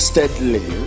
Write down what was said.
Steadily